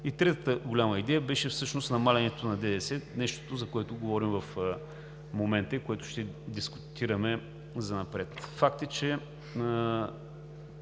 Третата голяма идея беше всъщност намаляването на ДДС –нещото, за което говорим в момента и което ще дискутираме занапред. Факт е, че